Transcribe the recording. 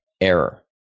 error